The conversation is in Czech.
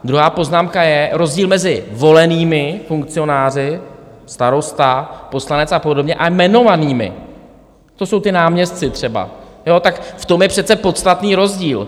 Druhá poznámka je, že rozdíl mezi volenými funkcionáři starosta, poslanec a podobně a jmenovanými to jsou ti náměstci třeba tak v tom je přece podstatný rozdíl.